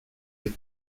des